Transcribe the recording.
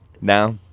Now